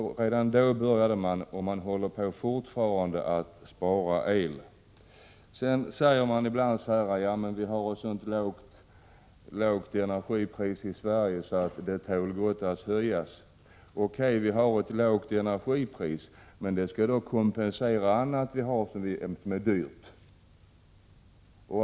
Redan då började man spara och man håller fortfarande på att spara el. Ibland säger man så här: Vi har ett så lågt energipris i Sverige att det gott tål att höjas. O.K., vi har ett lågt energipris. Men det skall då kompensera annat som är dyrt.